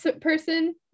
person